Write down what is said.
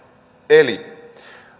eli